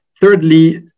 Thirdly